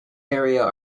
area